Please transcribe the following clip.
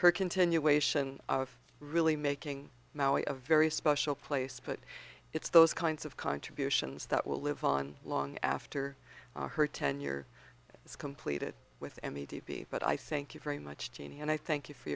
her continuation of really making a very special place but it's those kinds of contributions that will live on long after her tenure is completed with m e d b but i thank you very much jeanie and i thank you for